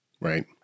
Right